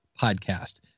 podcast